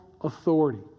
authority